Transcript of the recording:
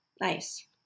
Nice